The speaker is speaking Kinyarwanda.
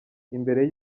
imbere